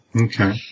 Okay